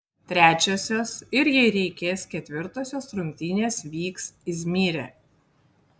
trečiosios ir jei reikės ketvirtosios rungtynės vyks izmyre